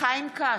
חיים כץ,